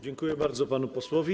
Dziękuję bardzo panu posłowi.